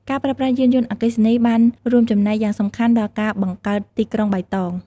ការប្រើប្រាស់យានយន្តអគ្គិសនីបានរួមចំណែកយ៉ាងសំខាន់ដល់ការបង្កើតទីក្រុងបៃតង។